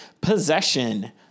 Possession